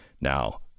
Now